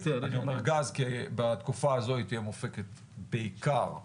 אני אומר גז כי בתקופה הזאת היא תהיה מופקת בעיקר מגז,